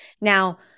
Now